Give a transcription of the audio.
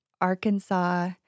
Arkansas –